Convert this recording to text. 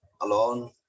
alone